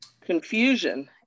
confusion